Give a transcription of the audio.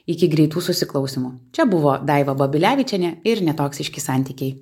iki greitų susiklausymų čia buvo daiva babilevičienė ir netoksiški santykiai